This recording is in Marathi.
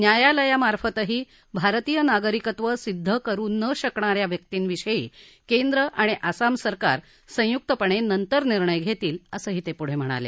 न्यायालयामार्फतही भारतीय नागरिकत्व सिद्ध करु न शकणा या व्यक्तींविषयी केंद्र आणि आसाम सरकार संयुक्तपणे नंतर निर्णय घेतील असंही ते पुढे सांगितलं